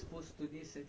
mmhmm